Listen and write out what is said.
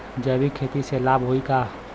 जैविक खेती से लाभ होई का?